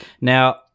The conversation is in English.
now